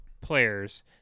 players